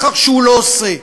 בכך שהוא לא עושה.